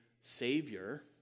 savior